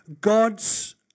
God's